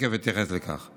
ותכף אתייחס לכך.